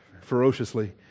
ferociously